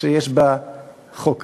שיש בחוק הזה.